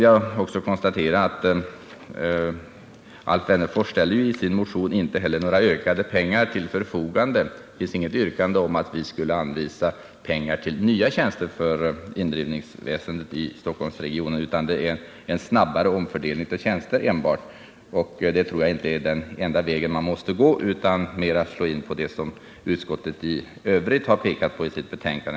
Jag konstaterar vidare att Alf Wennerfors i sin motion inte framför något yrkande om att vi skall anvisa pengar för nya tjänster inom indrivningsväsendet i Stockholmsregionen, utan motionsyrkandet rör enbart en snabbare omfördelning av tjänster. Jag tror emellertid inte att det är den enda väg man skall gå, utan jag tror att man framför allt bör slå in på den väg som utskottet har pekat på i sitt betänkande.